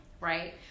Right